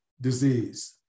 disease